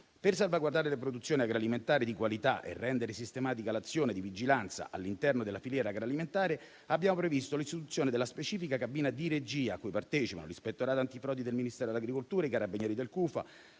Per salvaguardare le produzioni agroalimentari di qualità e rendere sistematica l'azione di vigilanza all'interno della filiera agroalimentare, abbiamo previsto l'istituzione della specifica cabina di regia a cui partecipano l'Ispettorato antifrode del Ministero dell'agricoltura, i Carabinieri del CUFAA,